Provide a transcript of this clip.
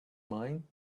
mine